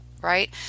Right